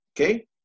Okay